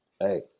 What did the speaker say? hey